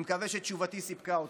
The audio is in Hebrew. אני מקווה שתשובתי סיפקה אותך.